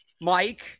Mike